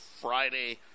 Friday